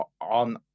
On